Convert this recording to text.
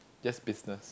just business